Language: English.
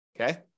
okay